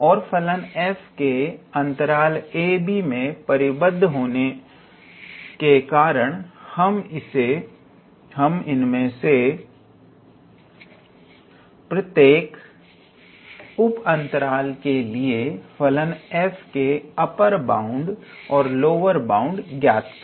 और फलन f के अंतराल ab मे बाउंडेड होने के कारण हम इनमें से प्रत्येक उप अंतराल के लिए फलन f के अप्पर बाउंड तथा लोअर बाउंड को ज्ञात कर सकते हैं